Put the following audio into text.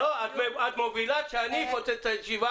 את מובילה לזה שאני אפוצץ את הישיבה